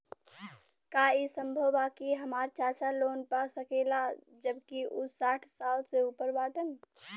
का ई संभव बा कि हमार चाचा लोन पा सकेला जबकि उ साठ साल से ऊपर बाटन?